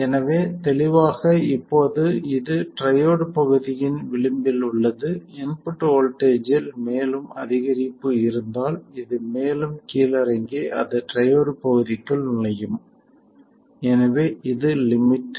எனவே தெளிவாக இப்போது இது ட்ரையோட் பகுதியின் விளிம்பில் உள்ளது இன்புட் வோல்ட்டேஜ் இல் மேலும் அதிகரிப்பு இருந்தால் இது மேலும் கீழிறங்கி அது ட்ரையோட் பகுதிக்குள் நுழையும் எனவே இது லிமிட்